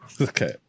Okay